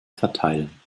verteilen